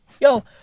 yo